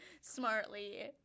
smartly